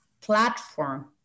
platform